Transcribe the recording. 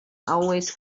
always